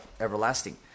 everlasting